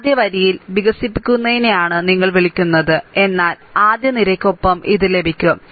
ആദ്യ വരിയിൽ വികസിപ്പിക്കുന്നതിനെയാണ് നിങ്ങൾ വിളിക്കുന്നത് എന്നാൽ ആദ്യ നിരയ്ക്കൊപ്പം ഇത് ലഭിക്കും